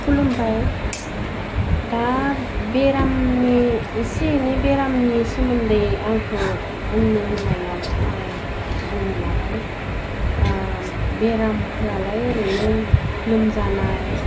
खुलुमबाइ दा बेरामनि एसे एनै बेरामनि सोमोन्दै आंखौ बुंनो होनायाव आं बुंनो लाबाय दा बेरामफ्रालाय ओरैनो लोमजानाय